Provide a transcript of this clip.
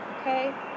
Okay